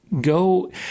Go